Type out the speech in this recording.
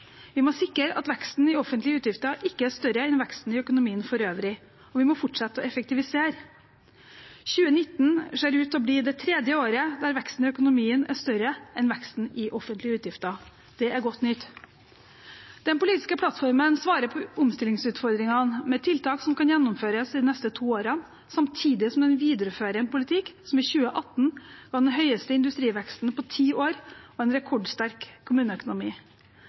Vi må sikre at veksten i offentlige utgifter ikke er større enn veksten i økonomien for øvrig, og vi må fortsette å effektivisere. 2019 ser ut til å bli det tredje året der veksten i økonomien er større enn veksten i offentlige utgifter. Det er godt nytt. Den politiske plattformen svarer på omstillingsutfordringene med tiltak som kan gjennomføres de neste to årene, samtidig som den viderefører en politikk som i 2018 ga den høyeste industriveksten på ti år og en rekordsterk kommuneøkonomi.